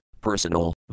personal